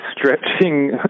stretching